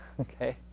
okay